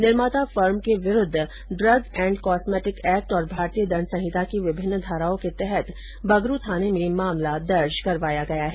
निर्माता फर्म के विरूद्व ड्रग एंड कॉस्मेटिक एक्ट और भारतीय दंड संहिता की विभिन्न धाराओं के तहत बगरू थाने में मामला दर्ज करवाया गया है